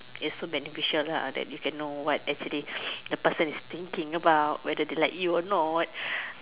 it's so beneficial lah that you can know what actually the person is thinking about whether they like you or not